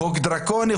חוק דרקוני,